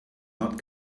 not